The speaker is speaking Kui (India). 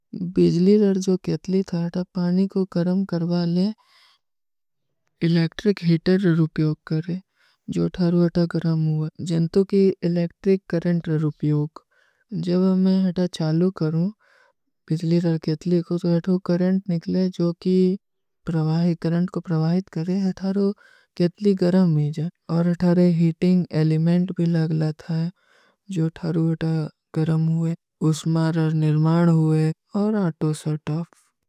ବିଜଲୀ ରର ଜୋ କେଟଲୀ ଥା ଥା ପାଣୀ କୋ କରମ କରବା ଲେ ଏଲେକ୍ଟ୍ରିକ ହୀଟର ରରୁପଯୋଗ କରେଂ ଜୋ ଥାରୋ ଅଥା କରମ ହୁଆ। ଜୈଂତୋ କୀ ଏଲେକ୍ଟ୍ରିକ କରଂଡ ରରୁପଯୋଗ ଜବ ମୈଂ ଅଥା ଚାଲୂ କରୂଂ, ବିଜଲୀ ରର କେଟଲୀ କୋ କରଂଡ ନିକଲେ ଜୋ କୀ ପ୍ରଭାଈ। କରଂଡ କୋ ପ୍ରଭାଈତ କରେଂ ଅଥାରୋ କେଟଲୀ କରମ ହୀ ଜା ଔର ଅଥାରେ ହୀଟିଂଗ ଏଲିମେଂଟ ଭୀ ଲଗଲା ଥା ଜୋ ଥାରୋ ଅଥା କରମ ହୁଆ ଉସମାର ରର ନିର୍ମାଣ ହୁଆ ଔର ଅଥୋ ସର୍ଟଫ।